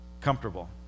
Comfortable